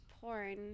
porn